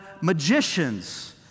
magicians